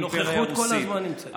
הנוכחות כל הזמן נמצאת.